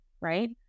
right